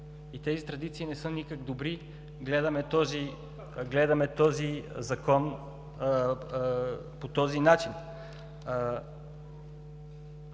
и тези традиции не са никак добри, гледаме този Закон по този начин.